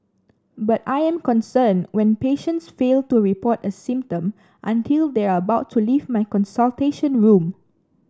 but I am concerned when patients fail to report a symptom until they are about to leave my consultation room